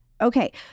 Okay